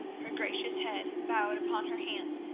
her gracious head bowed upon her hands,